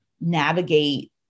navigate